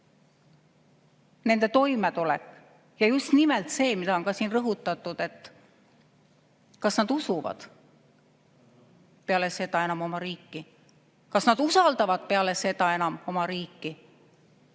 nende toimetulek. Ja just nimelt see, mida on ka siin rõhutatud, et kas nad usuvad peale seda enam oma riiki, kas nad usaldavad peale seda enam oma riiki.